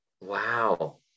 Wow